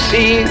See